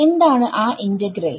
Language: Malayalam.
എന്താണ് ആ ഇന്റഗ്രൽ